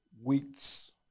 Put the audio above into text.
weeks